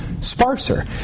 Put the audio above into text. sparser